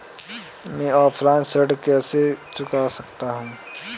मैं ऑफलाइन ऋण कैसे चुका सकता हूँ?